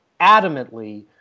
adamantly